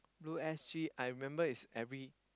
blue S_G I remember is every